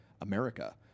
America